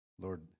Lord